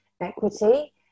equity